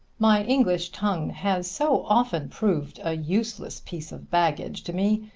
my english tongue has so often proved a useless piece of baggage to me,